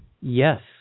Yes